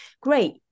Great